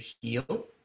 heal